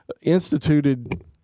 instituted